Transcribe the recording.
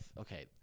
okay